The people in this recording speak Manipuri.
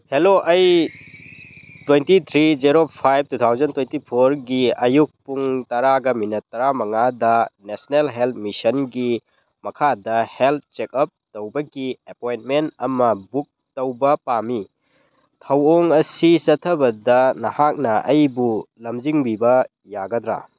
ꯍꯦꯂꯣ ꯑꯩ twenty three zero five two thousand twenty ꯐꯣꯔꯒꯤ ꯑꯌꯨꯛ ꯄꯨꯡ ꯇꯔꯥꯒ ꯃꯤꯅꯠ ꯇꯔꯥꯃꯉꯥꯗ ꯅꯦꯁꯅꯦꯜ ꯍꯦꯜ ꯃꯤꯁꯟꯒꯤ ꯃꯈꯥꯗ ꯍꯦꯜꯠ ꯆꯦꯛꯀꯞ ꯇꯧꯕꯒꯤ ꯑꯦꯄꯣꯏꯟꯃꯦꯟ ꯑꯃ ꯕꯨꯛ ꯇꯧꯕ ꯄꯥꯝꯃꯤ ꯊꯧꯑꯣꯡ ꯑꯁꯤ ꯆꯠꯊꯕꯗ ꯅꯍꯥꯛꯅ ꯑꯩꯕꯨ ꯂꯝꯖꯤꯡꯕꯤꯕ ꯌꯥꯒꯗ꯭ꯔ